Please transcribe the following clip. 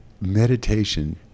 meditation